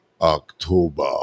October